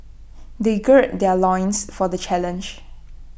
they gird their loins for the challenge